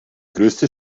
größte